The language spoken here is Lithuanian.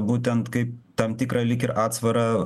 būtent kaip tam tikrą lyg ir atsvarą